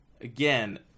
again